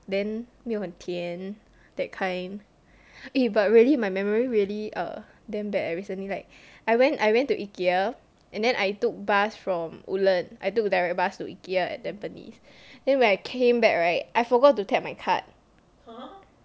then 没有很甜 that kind eh but really my memory really err damn bad eh recently like I went I went to ikea and then I took bus from woodlands I took direct bus to ikea at tampines then when I came back right I forgot to tap my card